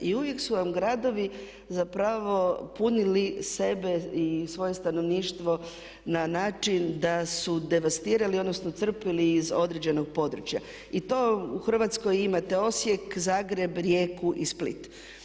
I uvijek su nam vam gradovi zapravo punili sebe i svoje stanovništvo na način da su devastirali odnosno crpili iz određenog područja i to u Hrvatskoj imate Osijek, Zagreb, Rijeku i Split.